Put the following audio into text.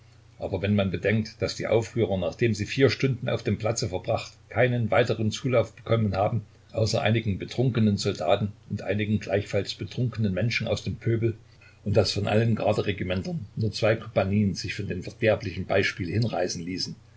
aber wenn man bedenkt daß die aufrührer nachdem sie vier stunden auf dem platze verbracht keinen weiteren zulauf bekommen haben außer einigen betrunkenen soldaten und einigen gleichfalls betrunkenen menschen aus dem pöbel und daß von allen garderegimentern nur zwei kompanien sich von dem verderblichen beispiel hinreißen ließen